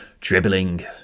dribbling